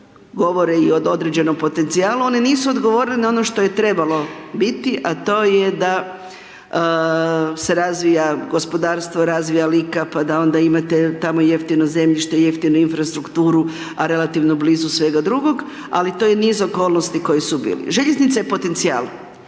govore i o određenom potencijalu. One nisu odgovorile na ono što je trebalo biti a to je da se razvija gospodarstvo, razvija Lika pa da onda imate tamo jeftino zemljište, jeftinu infrastrukturu a relativno blizu svega drugog ali to je niz okolnosti koje su bili. Željeznica je potencijal,